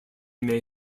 may